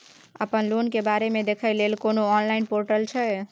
अपन लोन के बारे मे देखै लय कोनो ऑनलाइन र्पोटल छै?